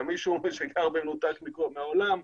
מישהו שגר במנותק מהעולם,